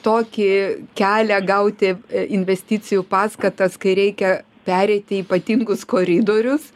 tokį kelią gauti investicijų paskatas kai reikia pereiti ypatingus koridorius